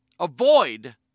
Avoid